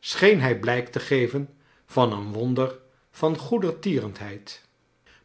scheen hij blijk te geven van een wonder van goedertierenheid